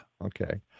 Okay